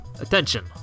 attention